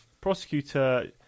Prosecutor